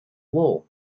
war